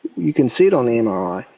you can see it on the mri,